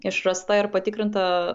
išrasta ir patikrinta